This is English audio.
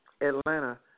Atlanta